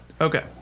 Okay